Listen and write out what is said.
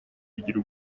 kugira